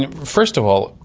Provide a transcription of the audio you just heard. and first of all,